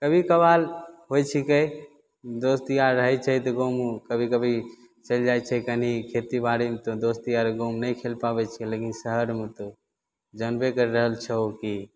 कभी कभार होइ छै की दोस्त यार रहय छै तऽ गाँवमे कभी कभी चलि जाइ छियै कनी खेती बारी तऽ दोस्त यार गाँवमे नहि खेल पाबय छै लेकिन शहरमे तऽ जानबे करि रहल छहो की